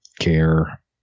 care